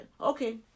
Okay